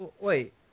wait